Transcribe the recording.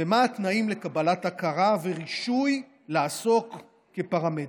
ומה התנאים לקבלת הכרה ורישוי לעסוק כפרמדיק.